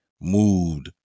moved